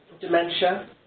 dementia